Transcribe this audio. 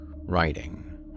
writing